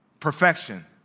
Perfection